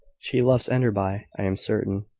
she loves enderby, i am certain,